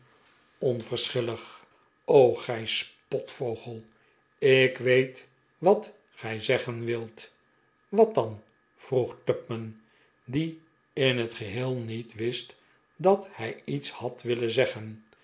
onverschillig gij spotvogel ik weet wat gij zeggen wilt wat dan vroeg tupman die in t geheel niet wist dat hij iets had willen zeggen